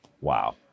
wow